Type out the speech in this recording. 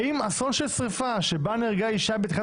האם אסון של שריפה שבה נספתה אישה בתחילת